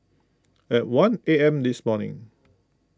at one A M this morning